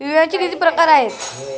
विम्याचे किती प्रकार आहेत?